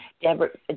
Deborah